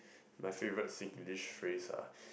my favourite Singlish phrase ah